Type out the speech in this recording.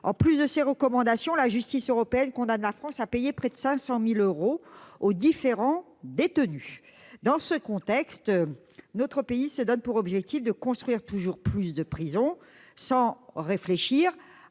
Outre ces recommandations, la justice européenne a condamné la France à payer près de 500 000 euros aux détenus concernés. Dans ce contexte, notre pays se donne pour objectif de construire toujours plus de prisons, sans réfléchir